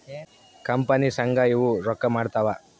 company ಸಂಘ ಇವು ರೊಕ್ಕ ಮಾಡ್ತಾವ